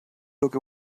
look